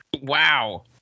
wow